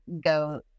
go